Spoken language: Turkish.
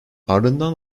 ardından